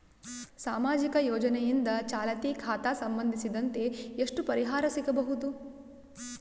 ಸಾಮಾಜಿಕ ಯೋಜನೆಯಿಂದ ಚಾಲತಿ ಖಾತಾ ಸಂಬಂಧಿಸಿದಂತೆ ಎಷ್ಟು ಪರಿಹಾರ ಸಿಗಬಹುದು?